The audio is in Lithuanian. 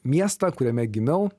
miestą kuriame gimiau